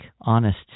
honest